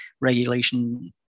regulation